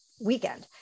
Weekend